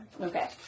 Okay